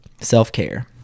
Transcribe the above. self-care